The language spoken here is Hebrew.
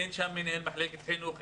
אין שם מנהל מחלקת חינוך,